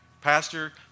Pastor